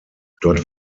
dort